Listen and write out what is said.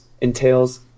entails